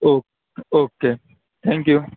okay okay thank you